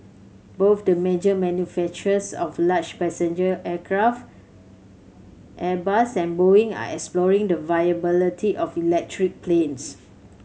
both the major manufacturers of large passenger aircraft Airbus and Boeing are exploring the viability of electric planes